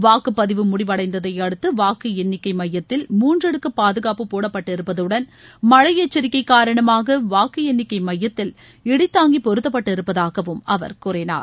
வாக்குப்பதிவு முடிவடைந்ததை அடுத்து வாக்கு எண்ணிக்கை மையத்தில் மூன்றடுக்கு பாதுகாப்பு போடப்பட்டிருப்பதுடன் மழழ எச்சரிக்கை காரணமாக வாக்கு எண்ணிக்கை பொறுத்தப்பட்டிருப்பதாகவும் அவர் கூறினார்